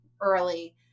early